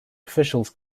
officials